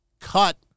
cut